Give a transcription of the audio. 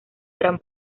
gran